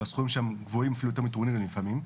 והסכומים שם גבוהים אפילו יותר מטורנירים לפעמים,